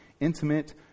intimate